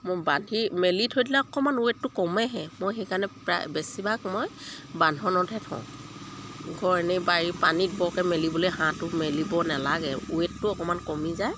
মোৰ বান্ধি মেলি থৈ দিলে অকণমান ৱে'ইটটো কমেহে মই সেইকাৰণে প্ৰায় বেছিভাগ মই বান্ধোনতহে থওঁ ঘৰ এনেই বাৰী পানীত বৰকৈ মেলিবলৈ হাঁহটো মেলিব নালাগে ৱে'ইটটো অকণমান কমি যায়